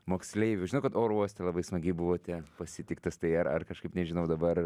moksleivių žinau kad oro uoste labai smagiai buvote pasitiktas tai ar ar kažkaip nežinau dabar